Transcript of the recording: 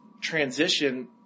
transition